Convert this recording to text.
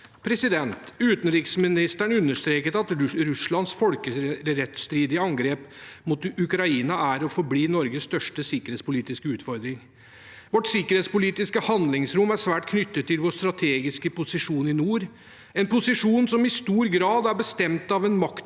verden. Utenriksministeren understreket at Russlands folkerettsstridige angrep mot Ukraina er og forblir Norges største sikkerhetspolitiske utfordring. Vårt sikkerhetspolitiske handlingsrom er svært knyttet til vår strategiske posisjon i nord, en posisjon som i stor grad er bestemt av en maktpolitisk